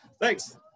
thanks